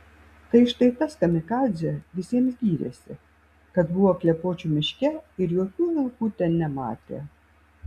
tai štai tas kamikadzė visiems gyrėsi kad buvo klepočių miške ir jokių vilkų ten nematė